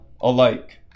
alike